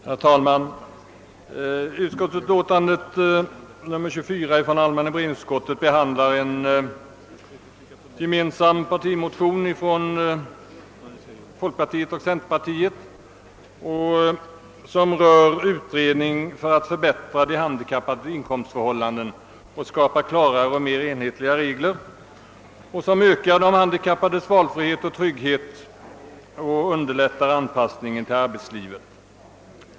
Herr talman! Allmänna beredningsutskottets utlåtande nr 24 behandlar en partimotion, framförd i båda kamrarna gemensamt av folkpartiet och centerpartiet. I detta motionspar begäres en »utredning för att förbättra de handikappades inkomstförhållanden och skapa klarare och mer enhetliga regler, som ökar deras valfrihet och trygghet och underlättar anpassning till arbetslivet».